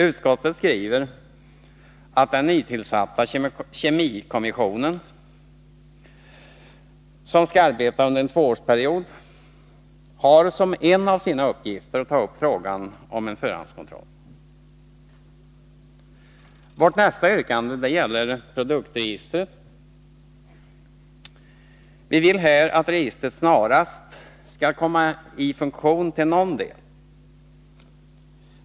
Utskottet skriver att den nytillsatta kemikommissionen, som skall arbeta under en tvåårsperiod, har som en av sina uppgifter att ta upp frågan om en förhandskontroll. Vårt nästa yrkande gäller produktregistret. Vi vill att registret snarast skall träda i funktion till någon del.